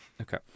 Okay